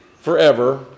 forever